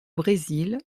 brésil